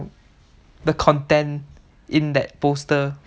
the content in that poster